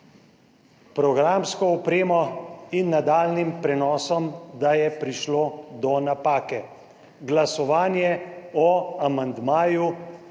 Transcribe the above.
programsko opremo in nadaljnjim prenosom prišlo do napake. Glasovanje o amandmaju